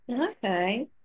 Okay